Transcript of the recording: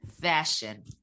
Fashion